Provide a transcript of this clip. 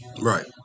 Right